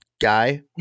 guy